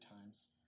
times